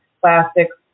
plastics